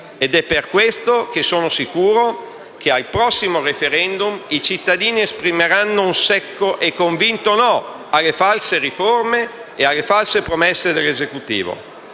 ed è per questo che sono sicuro che al prossimo *referendum* i cittadini esprimeranno un secco e convinto no alle false riforme e alle false promesse dell'Esecutivo.